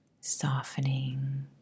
softening